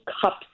cups